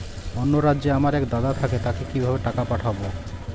অন্য রাজ্যে আমার এক দাদা থাকে তাকে কিভাবে টাকা পাঠাবো?